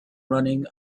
running